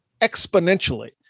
exponentially